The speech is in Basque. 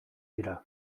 dira